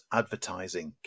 advertising